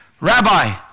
Rabbi